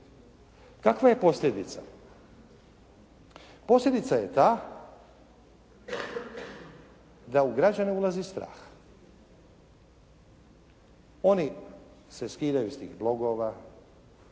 Kakva je posljedica? Posljedica je ta da u građane ulazi strah. Oni se skidaju s tih blogova,